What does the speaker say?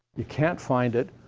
you can't find it,